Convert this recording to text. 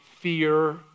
fear